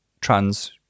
trans